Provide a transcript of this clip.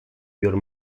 your